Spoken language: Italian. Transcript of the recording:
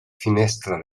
finestra